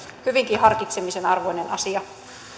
hyvinkin harkitsemisen arvoinen asia